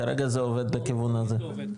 כרגע זה עובד לכיוון הזה.